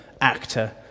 actor